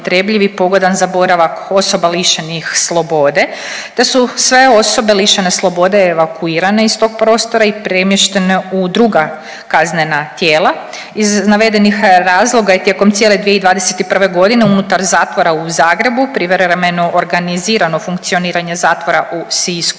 pogodan za boravak osoba lišenih slobode, da su sve osobe lišene slobode evakuirane iz tog prostora i premještene u druga kaznena tijela. Iz navedenih razloga je tijekom cijele 2021.g. unutar zatvora u Zagrebu privremeno organizirano funkcioniranje zatvora u Sisku i